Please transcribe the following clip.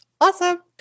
Awesome